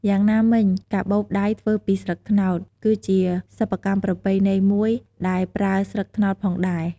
យ៉ាងណាមិញ ការបូបដៃធ្វើពីស្លឹកត្នោត គឺជាសិប្បកម្មប្រពៃណីមួយដែលប្រើស្លឹកត្នោតផងដែរ។